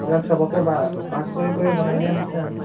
এইবিলাক চবকে ভাগ ভাগ কৰি কৰি বনাই দিয়া হৈছে আৰু